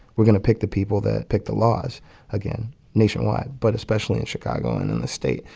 we're going to pick the people that pick the laws again nationwide but especially in chicago and in the state,